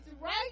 right